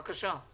בבקשה,